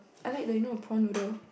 I like the you know prawn noodle